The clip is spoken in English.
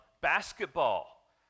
Basketball